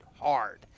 hard